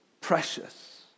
precious